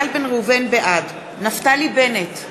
בעד נפתלי בנט,